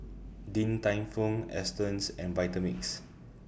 Din Tai Fung Astons and Vitamix